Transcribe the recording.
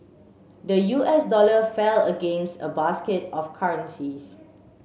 the U S dollar fell against a basket of currencies